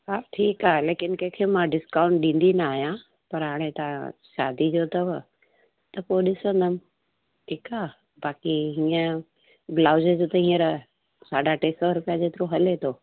हा ठीकु आहे लेकिन कंहिंखे मां डिस्काउंट ॾींदी न आहियां पर हाणे तव्हां शादी जो अथव त पोइ ॾिसंदमि ठीकु आहे बाक़ी हीअं ब्लाउज जो त हींअर साढा टे सौ रुपिये जेतिरो हले थो